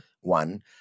One